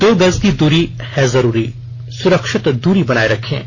दो गज की दूरी है जरूरी सुरक्षित दूरी बनाए रखें